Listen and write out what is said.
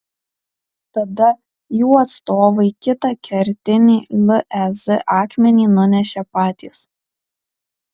tada jų atstovai kitą kertinį lez akmenį nunešė patys